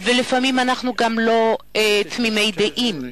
לפעמים אנחנו גם לא תמימי דעים,